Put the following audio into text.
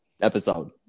episode